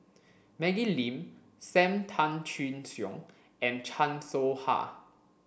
Maggie Lim Sam Tan Chin Siong and Chan Soh Ha